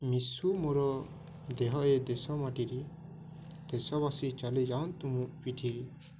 ମିଶୁ ମୋର ଦେହ ଏ ଦେଶ ମାଟିରେ ଦେଶବାସୀ ଚାଲିଯାଆନ୍ତୁ ମୋ ପିଠିରେ